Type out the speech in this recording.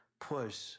push